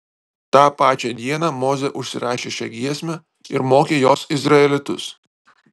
tą pačią dieną mozė užsirašė šią giesmę ir mokė jos izraelitus